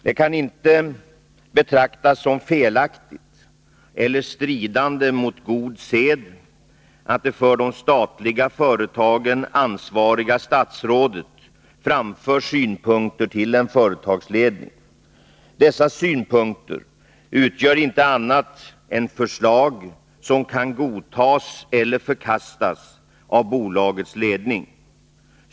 Det kan inte betraktas som felaktigt eller stridande mot god sed att det för de statliga företagen ansvariga statsrådet framför synpunkter till en företagsledning. Dessa synpunkter utgör inte annat än förslag som kan godtas eller förkastas av bolagets ledning.